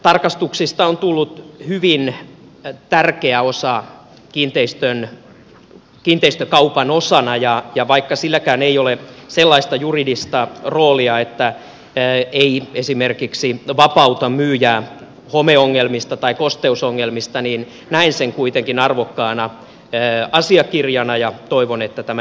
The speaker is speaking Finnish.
kuntotarkastuksista on tullut hyvin tärkeä kiinteistökaupan osa ja vaikka silläkään ei ole sellaista juridista roolia että se esimerkiksi vapauttaisi myyjää homeongelmista tai kosteusongelmista niin näen sen kuitenkin arvokkaana asiakirjana ja toivon että tämä energiatodistuskin on sellainen